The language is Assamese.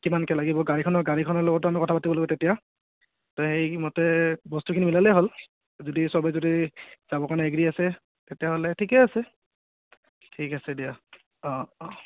কিমানকৈ লাগিব গাড়ীখনৰ গাড়ীখনৰ লগতো আমি কথা পাতিৰ লাগিব তেতিয়া ত' সেইমতে বস্তুখিনি মিলালেই হ'ল যদি সবে যদি যাব কাৰণে এগ্ৰি আছে তেতিয়াহ'লে ঠিকে আছে ঠিক আছে দিয়া অঁ অঁ